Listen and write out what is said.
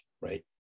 right